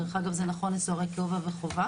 דרך אגב זה נכון לסוהרי קבע וחובה